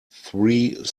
three